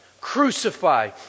Crucify